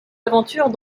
aventures